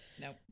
Nope